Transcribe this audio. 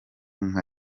nka